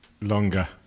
Longer